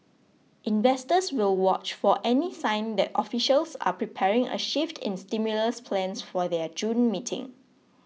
investors will watch for any sign that officials are preparing a shift in stimulus plans for their June meeting